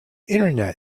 internet